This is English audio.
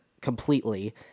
completely